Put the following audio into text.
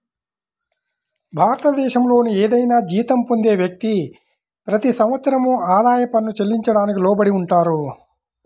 భారతదేశంలోని ఏదైనా జీతం పొందే వ్యక్తి, ప్రతి సంవత్సరం ఆదాయ పన్ను చెల్లించడానికి లోబడి ఉంటారు